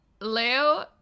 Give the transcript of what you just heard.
Leo